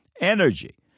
energy